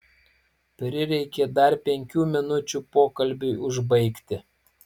prireikė dar penkių minučių pokalbiui užbaigti